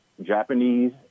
Japanese